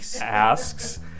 asks